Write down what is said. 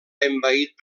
envaït